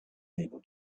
able